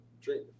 drink